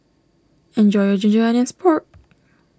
enjoy your Ginger Onions Pork